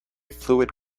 fluid